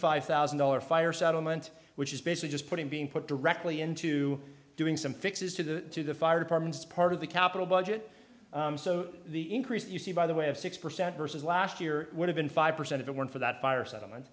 five thousand dollar fire settlement which is basically just putting being put directly into doing some fixes to the to the fire departments part of the capital budget so the increase you see by the way of six percent versus last year would have been five percent if it weren't for that fire settlement